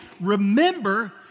remember